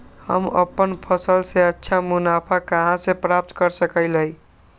हम अपन फसल से अच्छा मुनाफा कहाँ से प्राप्त कर सकलियै ह?